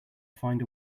find